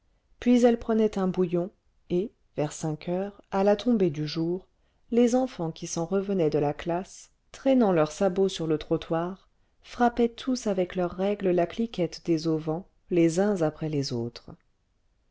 puis elle prenait un bouillon et vers cinq heures à la tombée du jour les enfants qui s'en revenaient de la classe traînant leurs sabots sur le trottoir frappaient tous avec leurs règles la cliquette des auvents les uns après les autres